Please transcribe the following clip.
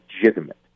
legitimate